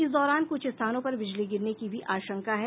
इस दौरान कुछ स्थानों पर बिजली गिरने की भी आशंका है